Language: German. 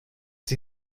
sie